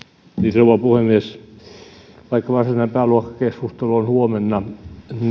rouva puhemies vaikka varsinainen pääluokkakeskustelu on huomenna